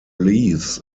leaves